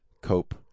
cope